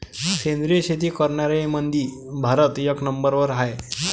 सेंद्रिय शेती करनाऱ्याईमंधी भारत एक नंबरवर हाय